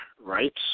rights